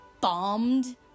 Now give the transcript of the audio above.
bombed